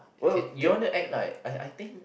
you want to act like I I think